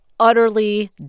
Utterly